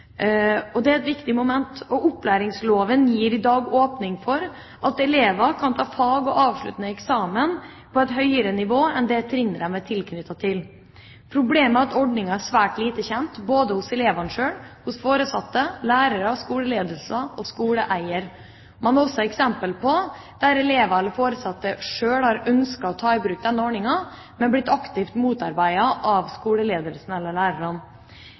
tapere. Det er et viktig moment. Opplæringsloven gir i dag åpning for at elever kan ta fag og avsluttende eksamen på et høyere nivå enn det trinnet de er tilknyttet. Problemet er at ordninga er svært lite kjent, både hos elevene sjøl, foresatte, lærere, skoleledelse og skoleeiere. Man har også eksempler på at elever og foresatte sjøl har ønsket å ta i bruk denne ordninga, men har blitt aktivt motarbeidet av skoleledelsen eller lærerne.